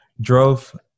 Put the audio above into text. drove